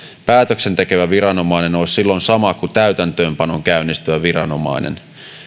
päätöksen tekevä viranomainen olisi silloin sama kuin täytäntöönpanon käynnistävä viranomainen